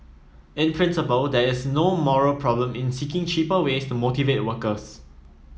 in principle there is no moral problem in seeking cheaper ways to motivate workers